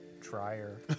dryer